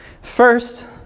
First